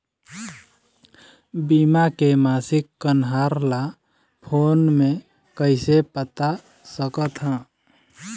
बीमा के मासिक कन्हार ला फ़ोन मे कइसे पता सकत ह?